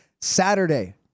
Saturday